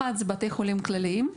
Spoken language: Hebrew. אחד זה בתי חולים כלליים,